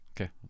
Okay